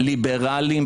ליברלים,